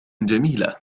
جميلة